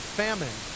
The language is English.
famine